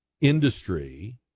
industry